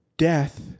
Death